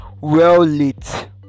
well-lit